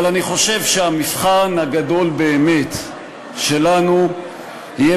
אבל אני חושב שהמבחן הגדול באמת שלנו יהיה